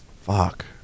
Fuck